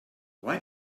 why